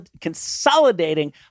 consolidating